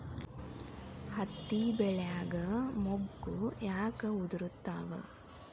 ಹತ್ತಿ ಬೆಳಿಯಾಗ ಮೊಗ್ಗು ಯಾಕ್ ಉದುರುತಾವ್?